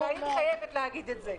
הייתי חייבת לומר את זה.